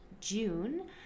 June